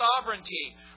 sovereignty